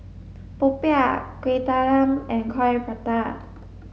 popiah kueh talam and coin prata